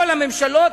כל הממשלות,